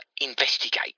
investigate